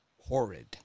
Horrid